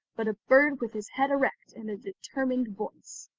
but a bird with his head erect and a determined voice.